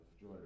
joy